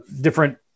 different